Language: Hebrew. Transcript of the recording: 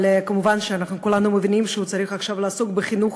אבל מובן שכולנו מבינים שהוא צריך לעסוק עכשיו בחינוך